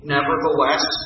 Nevertheless